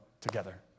together